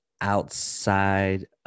outside